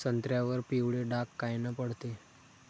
संत्र्यावर पिवळे डाग कायनं पडते?